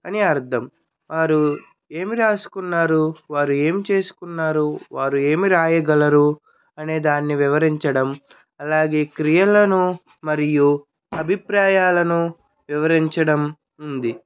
అని అర్థం వారు ఏమి వ్రాసుకున్నారు వారు ఏం చేసుకున్నారు వారు ఏమి వ్రాయగలరు అనేదాన్ని వివరించడం అలాగే క్రియలను మరియు అభిప్రాయాలను వివరించడం ఉంది